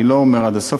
אני לא אומר עד הסוף,